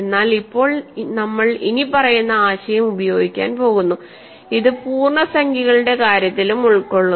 എന്നാൽ ഇപ്പോൾ നമ്മൾ ഇനിപ്പറയുന്ന ആശയം ഉപയോഗിക്കാൻ പോകുന്നു ഇത് പൂർണ്ണസംഖ്യകളുടെ കാര്യത്തിലും ഉൾക്കൊള്ളുന്നു